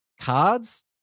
cards